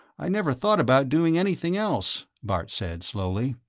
i never thought about doing anything else, bart said slowly,